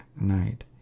night